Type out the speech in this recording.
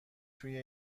توی